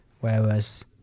whereas